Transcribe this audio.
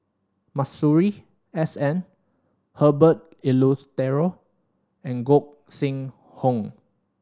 Masuri S N Herbert Eleuterio and Gog Sing Hooi